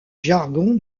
jargon